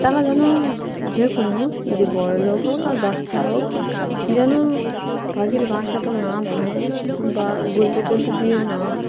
তারা যেন যে কোনো যে বড়ো লোক হোক আর বাচ্চা হোক যেন পাখির বাসাটা না ভাঙে বা গুলতি টুলতি দিয়ে না